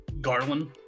Garland